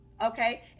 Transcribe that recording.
Okay